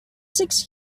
six